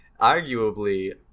arguably